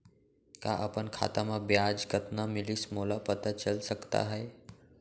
का अपन खाता म ब्याज कतना मिलिस मोला पता चल सकता है?